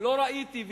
לא ראיתי,